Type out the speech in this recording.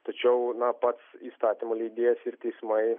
tačiau na pats įstatymų leidėjas ir teismai